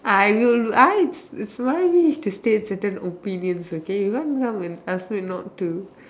I will write it's my wish to say certain opinions okay you can't come and ask me not to